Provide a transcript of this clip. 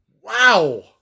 Wow